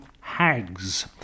hags